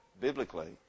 biblically